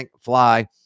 fly